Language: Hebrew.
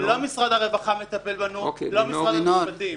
לא משרד הרווחה ולא משרד המשפטים.